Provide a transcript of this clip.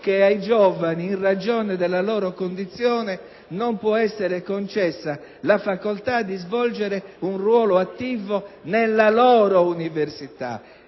che ai giovani, in ragione della loro condizione, non può essere concessa la facoltà di svolgere un ruolo attivo nella loro università.